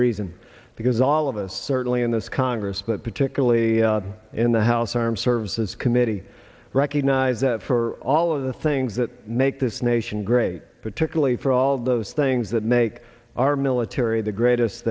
reason because all of us certainly in this congress but particularly in the house armed services committee recognize that for all of the things that make this nation great particularly for all those things that make our military the greatest